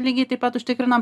lygiai taip pat užtikrinom